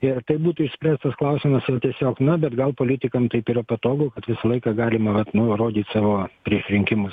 ir tai būtų išspręstas klausimas o tiesiog na bet gal politikam taip yra patogu kad visą laiką galima vat nu rodyti savo prieš rinkimus